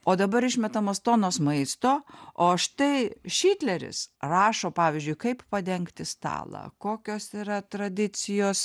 o dabar išmetamos tonos maisto o štai šitleris rašo pavyzdžiui kaip padengti stalą kokios yra tradicijos